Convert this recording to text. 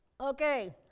Okay